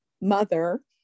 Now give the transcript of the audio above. mother